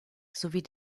sowie